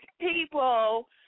people